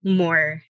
more